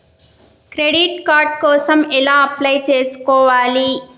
Credit card కోసం ఎలా apply చేసుకోవాలి?